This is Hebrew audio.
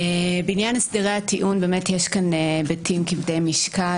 בעניין הסדרי הטיעון, יש כאן היבטים כבדי משקל.